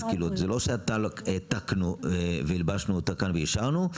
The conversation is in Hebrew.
זה לא שהעתקנו והלבשנו אותה כאן ואישרנו,